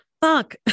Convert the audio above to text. fuck